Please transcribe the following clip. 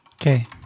Okay